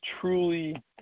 truly